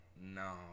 No